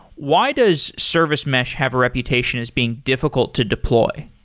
why does service mesh have a reputation as being difficult to deploy?